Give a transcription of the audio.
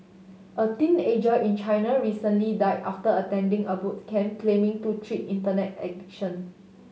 a teenager in China recently died after attending a boot camp claiming to treat Internet addiction